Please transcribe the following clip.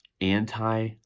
anti